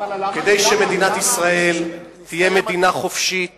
כדי שמדינת ישראל תהיה מדינה חופשית